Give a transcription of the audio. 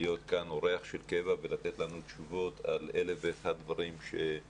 להיות כאן אורח של קבע ולתת לנו תשובות על אלף ואחד דברים שרצינו,